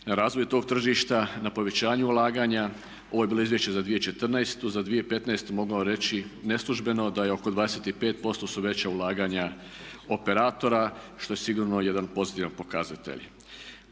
razvoju tog tržišta, na povećanju ulaganja. Ovo je bilo izvješće za 2014., za 2015.mogu vam reći neslužbeno da je oko 25% su veća ulaganja operatora što je sigurno jedan pozitivan pokazatelj.